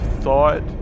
thought